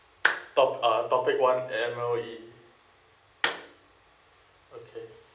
top~ uh topic one M_O_E okay